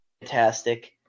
fantastic